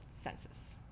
census